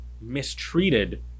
mistreated